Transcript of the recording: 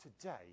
today